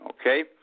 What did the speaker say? Okay